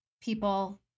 people